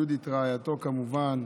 יהודית רעייתו, כמובן,